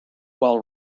while